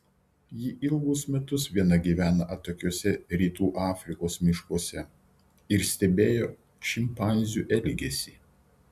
ji ilgus metus viena gyveno atokiuose rytų afrikos miškuose ir stebėjo šimpanzių elgesį